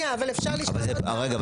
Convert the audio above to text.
אבל רגע,